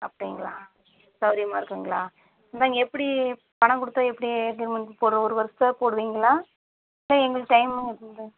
அப்படிங்களா சௌகரியமா இருக்குதுங்களா நாங்கள் எப்படி பணம் கொடுத்தா எப்படி எக்ரிமென்ட் போட ஒரு வருஷம் போடுவீங்களா இல்லை எங்களுக்கு டைம்